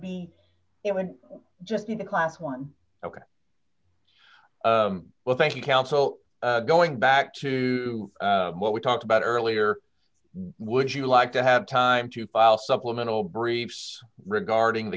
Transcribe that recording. be it would just be the class one ok well thank you counsel going back to what we talked about earlier would you like to have time to file supplemental briefs regarding the